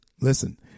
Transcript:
listen